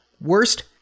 Worst